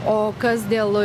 o kas dėl